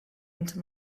into